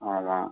ஆமாம்